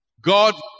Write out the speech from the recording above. God